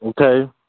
Okay